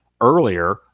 earlier